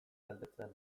galdetzen